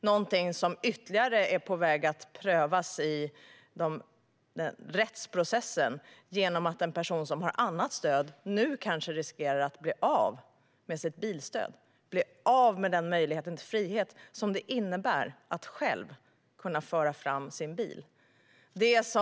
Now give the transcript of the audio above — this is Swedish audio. Det är något som ytterligare är på väg att prövas i rättsprocessen genom att den person som har annat stöd nu kan riskera att bli av med sitt bilstöd och den möjlighet till frihet som det innebär att själv kunna föra fram sin bil.